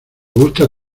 gusta